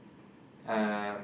um